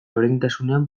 berdintasunean